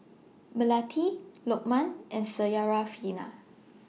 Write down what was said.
Melati Lokman and Syarafina